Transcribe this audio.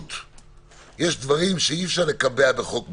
יש דברים שאי-אפשר לקבע בחוק מסגרת.